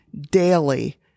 daily